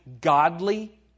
godly